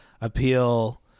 appeal